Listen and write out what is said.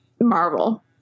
Marvel